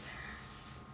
!wah!